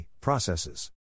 processes